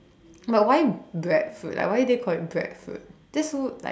but why breadfruit like why did they call it breadfruit that's so like